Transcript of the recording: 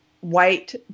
white